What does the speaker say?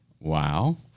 Wow